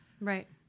Right